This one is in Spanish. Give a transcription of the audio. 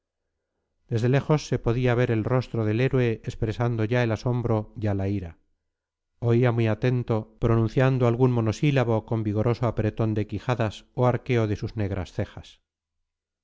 desde lejos se podía ver el rostro del héroe expresando ya el asombro ya la ira oía muy atento pronunciando algún monosílabo con vigoroso apretón de quijadas o arqueo de sus negras cejas